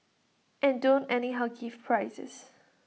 and don't anyhow give prizes